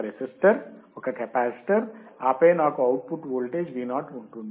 ఒక రెసిస్టర్ ఒక కెపాసిటర్ ఆపై నాకు అవుట్పుట్ వోల్టేజ్ Vo ఉంటుంది